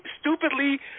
stupidly